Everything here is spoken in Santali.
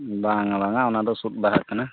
ᱵᱟᱝᱼᱟ ᱵᱟᱝᱼᱟ ᱚᱱᱟ ᱫᱚ ᱥᱩᱫ ᱵᱟᱦᱟ ᱠᱟᱱᱟ